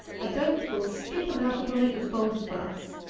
a goat will skip about upon it as bold as brass.